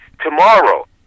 tomorrow